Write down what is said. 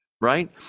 right